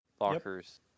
lockers